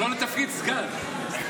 אבל לא לתפקיד סגן.